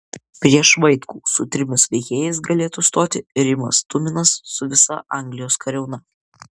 prieš vaitkų su trimis veikėjais galėtų stoti rimas tuminas su visa anglijos kariauna